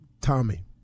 Tommy